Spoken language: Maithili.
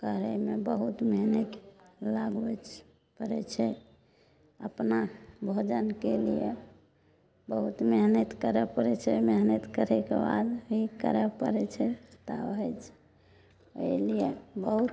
करयमे बहुत मेहनत लागबै छै पड़ैत छै अपना भोजनके लिए बहुत मेहनत करे पड़ैत छै मेहनत करेके बाद ही करै पड़ैत छै तब होइत छै ओहि लिए बहुत